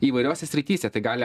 įvairiose srityse tai gali